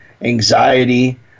anxiety